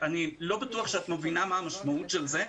אני לא בטוח שאת מבינה מה המשמעות של זה.